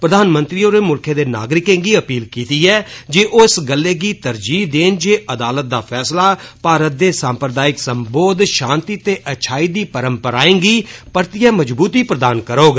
प्रधानमंत्री होरें मुल्खै दे नागरिकें गी अपील कीती ऐ जे इस गल्लै गी तरजीह देन जे अदालत दा फैसला भारत दे सांप्रदायिक संबोध षांति ते अच्छाई दी परपराएं गी परतियै मजबूती प्रदान करोग